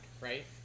right